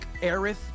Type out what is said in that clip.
Aerith